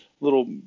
little